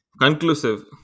conclusive